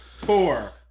four